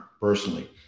personally